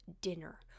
dinner